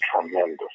tremendous